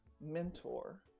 Mentor